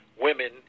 women